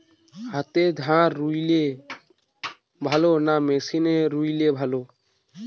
হাতে ধান রুইলে ভালো না মেশিনে রুইলে ভালো?